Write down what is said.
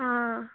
आं